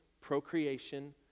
procreation